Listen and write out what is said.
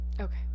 Okay